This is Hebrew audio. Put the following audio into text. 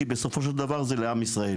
כי בסופו של דבר זה לעם ישראל.